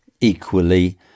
equally